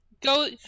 Go